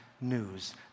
news